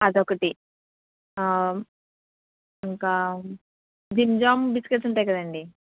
అదొకటి ఇంకా Jim Jam biscuits ఉంటాయి కదండీ